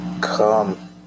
come